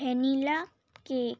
vanilla cake